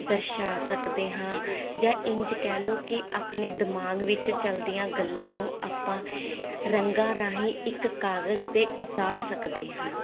ਦਰਸ਼ਾ ਸਕਦੇ ਹਾਂ ਜਾਂ ਇੰਝ ਕਹਿ ਲਓ ਕਿ ਆਪਣੇ ਦਿਮਾਗ ਵਿੱਚ ਚੱਲਦੀਆਂ ਗੱਲਾਂ ਨੂੰ ਆਪਾਂ ਰੰਗਾਂ ਰਾਹੀਂ ਇੱਕ ਕਾਗਜ਼ 'ਤੇ ਉਤਾਰ ਸਕਦੇ ਹਾਂ